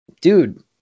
dude